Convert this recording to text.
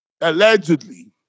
allegedly